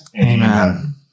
Amen